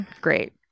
Great